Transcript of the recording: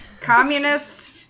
Communist